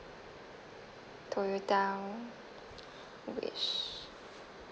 toyota wish